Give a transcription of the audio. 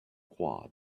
quad